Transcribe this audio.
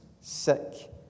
sick